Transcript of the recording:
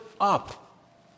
up